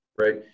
right